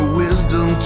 wisdom